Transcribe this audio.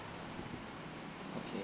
okay